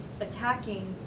attacking